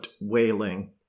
wailing